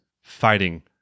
fighting